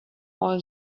all